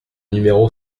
numéro